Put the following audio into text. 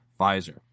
Pfizer